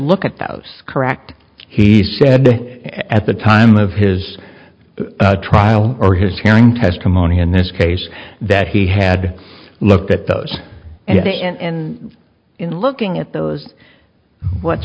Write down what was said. look at those correct he said at the time of his trial or his hearing testimony in this case that he had looked at those looking at those what's